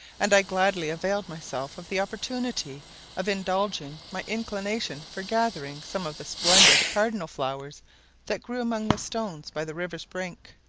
and i gladly availed myself of the opportunity of indulging my inclination for gathering some of the splendid cardinal flowers that grew among the stones by the river's brink.